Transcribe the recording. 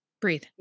Breathe